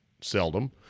seldom